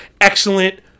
excellent